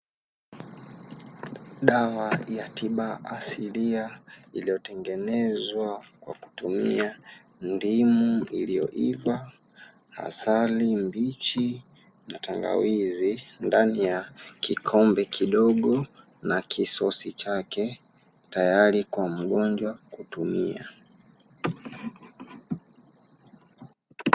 Dawa ya tiba asilia, iliyotengenezwa kwa kutumia ndimu iliyoiva, asali mbichi na tangawizi, ndani ya kikombe kidogo na kisosi chake, tayari kwa mgonjwa kutumia.